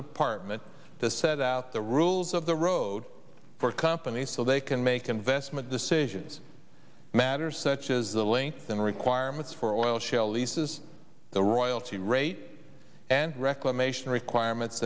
department to set out the rules of the road for companies so they can make investment decisions matters such as the length and requirements for oil shale leases the royalty rate and reclamation requirements